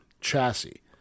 chassis